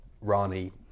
Rani